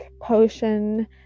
potion